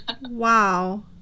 Wow